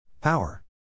Power